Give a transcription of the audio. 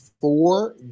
four